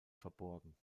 verborgen